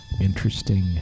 Interesting